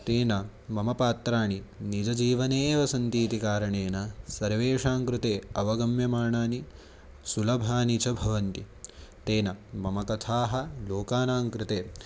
तेन मम पात्राणि निजजीवने एव सन्ति इति कारणेन सर्वेषां कृते अवगम्यमानानि सुलभानि च भवन्ति तेन मम कथाः लोकानां कृते